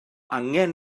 angen